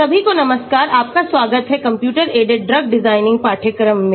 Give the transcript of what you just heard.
सभी को नमस्कार आपका स्वागत है कंप्यूटर एडेड ड्रग डिज़ाइन पाठ्यक्रम में